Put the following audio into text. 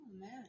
man